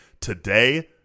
today